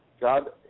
God